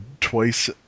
twice